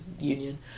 Union